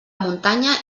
muntanya